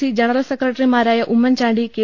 C general സെക്രട്ടറിമാരായ Oommen Chandy K